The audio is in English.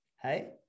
Hey